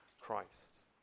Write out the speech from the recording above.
Christ